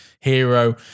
hero